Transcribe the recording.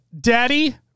daddy